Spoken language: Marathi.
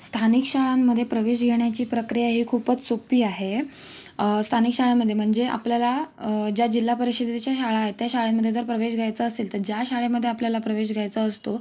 स्थानिक शाळांमध्ये प्रवेश घेण्याची प्रक्रिया ही खूपच सोपी आहे स्थानिक शाळांमध्ये म्हणजे आपल्याला ज्या जिल्हा परिषदेच्या शाळा आहेत त्या शाळांमध्ये जर प्रवेश घ्यायचा असेल तर ज्या शाळेमध्ये आपल्याला प्रवेश घ्यायचा असतो